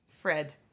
Fred